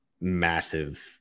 massive